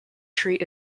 treat